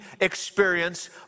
experience